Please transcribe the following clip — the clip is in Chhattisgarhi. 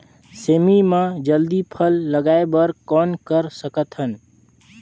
सेमी म जल्दी फल लगाय बर कौन कर सकत हन?